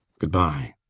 good-bye.